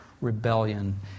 rebellion